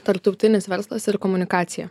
tarptautinis verslas ir komunikacija